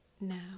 now